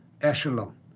echelon